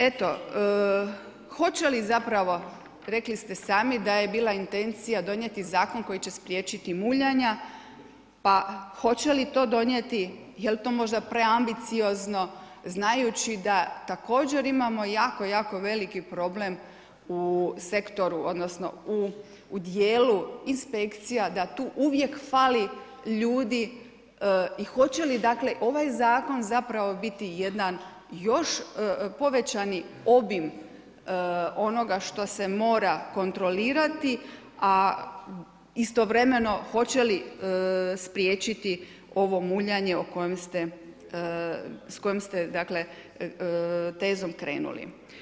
Eto hoće li zapravo rekli ste sami da je bila intencija donijeti zakon koji će spriječiti muljanja, pa hoće li to donijeti, jel to možda preambiciozno znajući da također imamo jako, jako veliki problem u sektoru odnosno u dijelu inspekcija da tu uvijek fali ljudi i hoće li dakle, ovaj Zakon zapravo biti jedan još povećani obim onoga što se mora kontrolirati, a istovremeno hoće li spriječiti ovo muljanje s kojim ste, dakle, tezom krenuli.